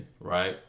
right